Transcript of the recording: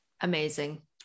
Amazing